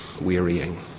wearying